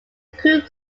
crewed